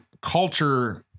culture